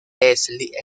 leslie